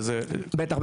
בטח.